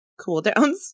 cooldowns